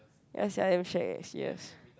ya sia damn shag eh serious